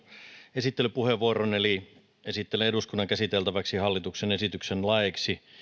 esittelypuheenvuoron eli esittelen eduskunnan käsiteltäväksi hallituksen esityksen laeiksi